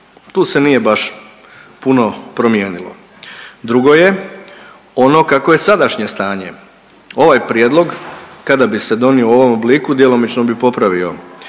tu se nije baš puno promijenilo. Drugo je, ono kako je sadašnje stanje. Ovaj prijedlog kada bi se donio u ovom obliku djelomično bi popravio